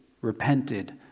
repented